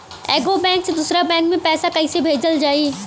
एगो बैक से दूसरा बैक मे पैसा कइसे भेजल जाई?